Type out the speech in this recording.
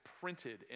printed